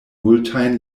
multajn